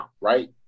right